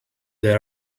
they